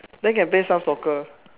then can play some soccer